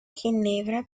ginebra